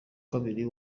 kabiri